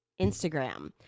Instagram